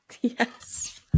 Yes